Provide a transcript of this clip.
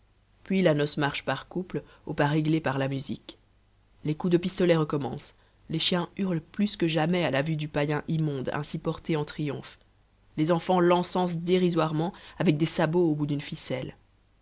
puis la noce marche par couples au pas réglé par la musique les coups de pistolet recommencent les chiens hurlent plus que jamais à la vue du païen immonde ainsi porté en triomphe les enfants l'encensent dérisoirement avec des sabots au bout d'une ficelle